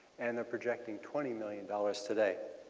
and they are projecting twenty million dollars today.